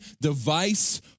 device